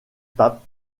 pape